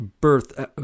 birth